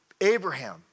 Abraham